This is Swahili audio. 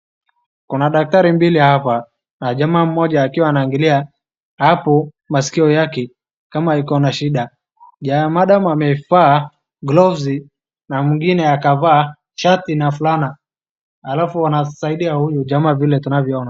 Kuna daktari mbili hapa. Jamaa mmoja akiwa anaangalia hapo maskio yake kama iko na shida. Madam amevaa gloves na mwingine akavaa shati na fulana alafu anasaidia huyu jamaa tunavyoona.